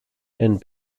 and